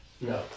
No